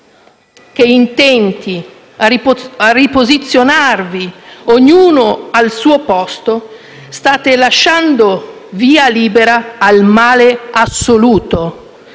che, intenti a riposizionarvi ognuno al proprio posto, state lasciando via libera al male assoluto.